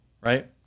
right